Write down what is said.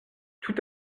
tout